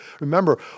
Remember